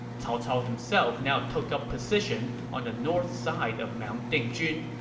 cao cao himself now took up position on the north side of mount dingjun,